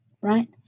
right